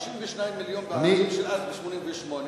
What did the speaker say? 52 מיליון בערכים של אז, ב-1988.